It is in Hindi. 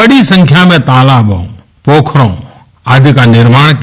बड़ी संख्या में तालाबों पोखरों आदि का निर्माण किया